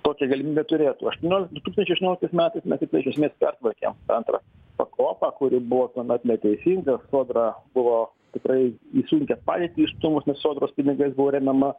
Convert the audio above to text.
tokią galimybę turėtų aštuoniol du tūkstančiai aštuonioliktais metais mes viską iš esmės pertvarkėm antrą pakopą kuri buvo tuomet neteisinga sodra buvo tikrai į sunkią padėtį įstūmus nes sodros pinigais buvo remiama